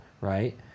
right